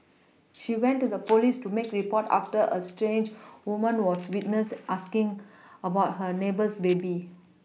she went to the police to make a report after a strange woman was witnessed asking about her neighbour's baby